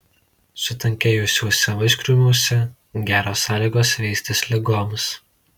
sutankėjusiuose vaiskrūmiuose geros sąlygos veistis ligoms